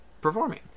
performing